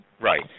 Right